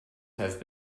have